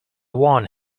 one